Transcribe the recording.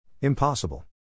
Impossible